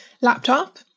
laptop